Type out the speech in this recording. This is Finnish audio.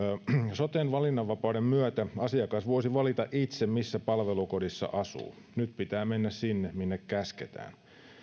soten valinnanvapauden myötä asiakas voisi valita itse missä palvelukodissa asuu nyt pitää mennä sinne minne käsketään